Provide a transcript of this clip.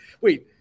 Wait